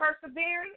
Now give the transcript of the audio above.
persevering